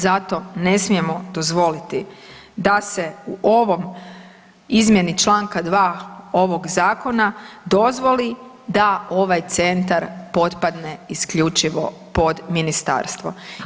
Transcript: Zato ne smijemo dozvoliti da se u ovom izmjeni Članka 2. ovog zakona dozvoli da ovaj centar potpadne isključivo pod ministarstvo.